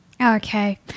Okay